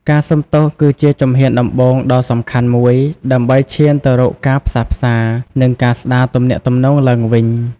ការសុំទោសគឺជាជំហានដំបូងដ៏សំខាន់មួយ ដើម្បីឈានទៅរកការផ្សះផ្សា និងការស្ដារទំនាក់ទំនងឡើងវិញ។